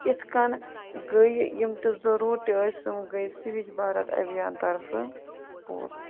یِتھٕ کٔنۍ گٔے یِم تہِ ضروٗر تہِ ٲسۍ تِم گٔے سِوِج بھارت ابھیان طرفہٕ پوٗرٕ